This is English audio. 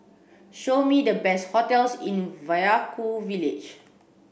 show me the best hotels in Vaiaku village